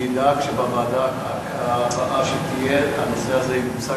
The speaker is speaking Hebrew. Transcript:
אני אדאג שבפגישת הוועדה הבאה הנושא הזה יוצג